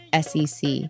SEC